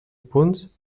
punts